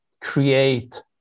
create